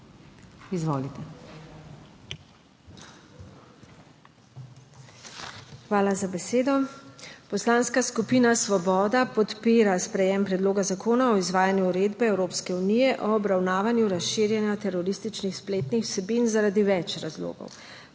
Svoboda): Hvala za besedo. Poslanska skupina Svoboda podpira sprejetje Predloga zakona o izvajanju Uredbe (EU) o obravnavanju razširjanja terorističnih spletnih vsebin zaradi več razlogov.